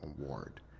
award